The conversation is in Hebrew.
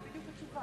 זאת בדיוק התשובה.